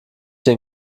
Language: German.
den